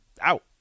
out